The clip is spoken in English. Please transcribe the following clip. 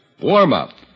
warm-up